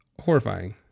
horrifying